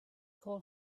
call